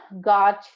got